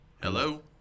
Hello